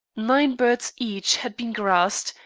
nine birds each had been grassed,